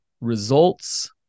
results